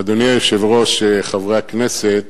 אדוני היושב-ראש, חברי הכנסת,